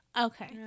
Okay